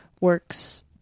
works